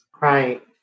Right